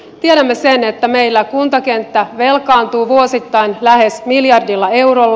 tiedämme sen että meillä kuntakenttä velkaantuu vuosittain lähes miljardilla eurolla